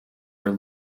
were